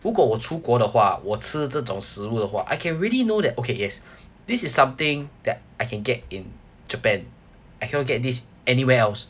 如果我出国的话我吃这种食物的话 I can really know that okay yes this is something that I can get in japan I cannot get this anywhere else